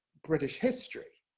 british history,